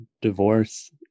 divorce